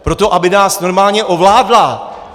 Proto, aby nás normálně ovládla!